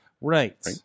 Right